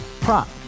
Prop